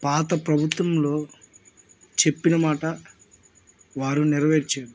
పాత ప్రభుత్వంలో చెప్పిన మాట వారు నెరవేర్చారు